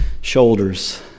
shoulders